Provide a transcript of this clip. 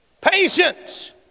Patience